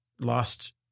lost